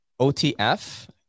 OTF